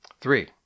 Three